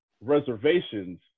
reservations